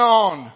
on